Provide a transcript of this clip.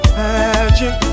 magic